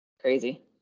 Crazy